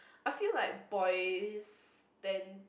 I feel like boys tend